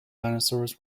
dinosaurs